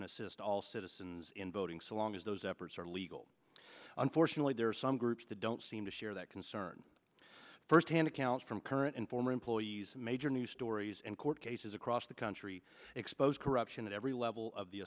and assist all citizens in voting so long as those efforts are legal unfortunately there are some groups that don't seem to share that concern firsthand accounts from current and former employees of major news stories and court cases across the country expose corruption at every level of the